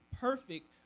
perfect